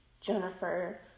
Jennifer